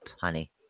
honey